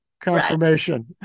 Confirmation